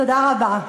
תודה רבה.